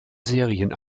serien